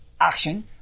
action